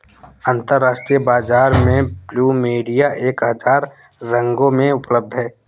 अंतरराष्ट्रीय बाजार में प्लुमेरिया एक हजार रंगों में उपलब्ध हैं